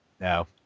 No